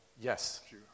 Yes